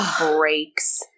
breaks